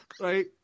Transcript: Right